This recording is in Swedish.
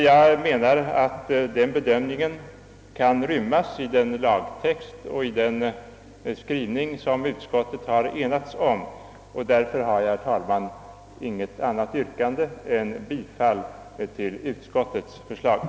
Jag menar att denna bedömning kan rymmas i den lagtext och den skrivning som utskottet har enats om. Jag har därför, herr talman, inget annat yrkande än bifall till utskottets hemställan.